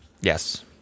Yes